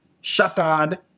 Shattered